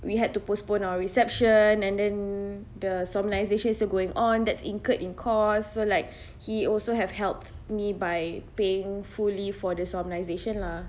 we had to postpone our reception and then the solemnisation is still going on that's incurred in cost so like he also have helped me by paying fully for the solemnisation lah